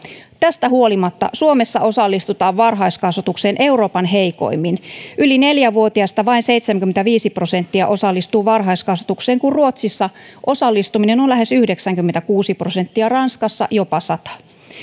tästä huolimatta suomessa osallistutaan varhaiskasvatukseen euroopan heikoimmin yli neljä vuotiaista vain seitsemänkymmentäviisi prosenttia osallistuu varhaiskasvatukseen kun ruotsissa osallistuminen on lähes yhdeksänkymmentäkuusi prosenttia ranskassa jopa sadannessa